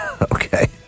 Okay